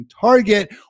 target